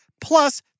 plus